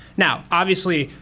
now, obviously,